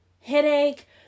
headache